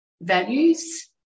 values